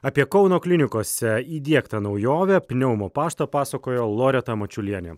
apie kauno klinikose įdiegta naujovę pneumo paštą pasakojo loreta mačiulienė